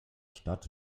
stadt